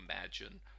imagine